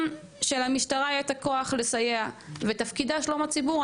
גם למשטרה יהיה הכוח לסייע, ותפקידה שלום הציבור.